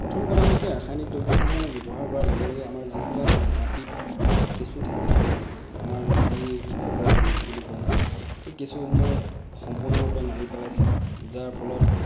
প্ৰথম কথা হৈছে ৰাসায়নিক দ্ৰব্যসমূহ ব্যৱহাৰ কৰাৰ লগে লগে আমাৰ যিবিলাক মাটিত কেঁচু থাকে আমাৰ যি কৃষকৰ বন্ধু বুলি কওঁ সেই কেঁচুসমূহ সম্পূৰ্ণৰূপে মাৰি পেলাইছে যাৰ ফলত